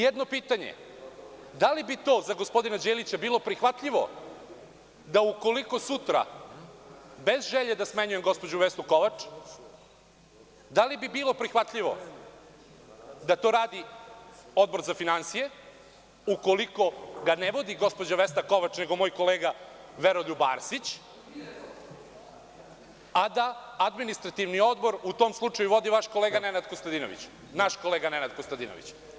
Jedno pitanje, da li bi to za gospodina Đelića bilo prihvatljivo, da ukoliko sutra, bez želje da smenjujem gospođu Vesnu Kovač, da li bilo prihvatljivo da to radi Odbor za finansije, ukoliko ga ne vodi gospođa Vesna Kovač nego moj kolega Veroljub Arsić, a da Administrativni odbor u tom slučaju vodi vaš kolega Nenad Konstantinović, naš kolega Nenad Konstantinović.